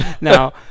Now